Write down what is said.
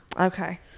Okay